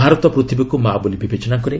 ଭାରତ ପୂଥିବୀକୁ ମାଆ ବୋଲି ବିବେଚନା କରେ